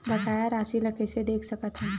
बकाया राशि ला कइसे देख सकत हान?